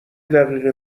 دقیقه